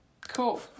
Cool